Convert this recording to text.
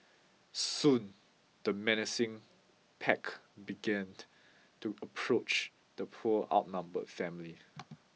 soon the menacing pack began to approach the poor outnumbered family